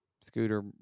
Scooter